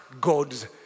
God's